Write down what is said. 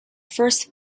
first